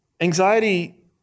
Anxiety